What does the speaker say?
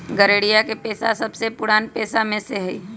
गरेड़िया के पेशा सबसे पुरान पेशा में से हई